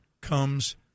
comes